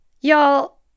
Y'all